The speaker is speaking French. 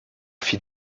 fit